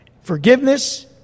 Forgiveness